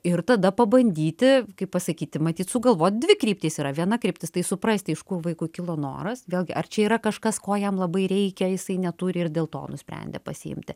ir tada pabandyti kaip pasakyti matyt sugalvot dvi kryptys yra viena kryptis tai suprasti iš kur vaikui kilo noras vėlgi ar čia yra kažkas ko jam labai reikia jisai neturi ir dėl to nusprendė pasiimti